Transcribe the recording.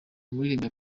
umuririmbyi